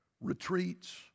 retreats